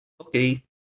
Okay